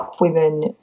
women